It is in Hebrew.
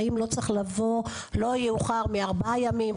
האם לא צריך לבוא לא יאוחר מארבעה ימים,